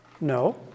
No